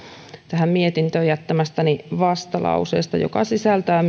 tähän mietintöön jättämästäni vastalauseesta joka sisältää